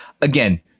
Again